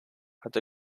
hatte